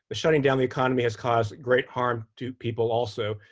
shutting down the economy has caused great harm to people also,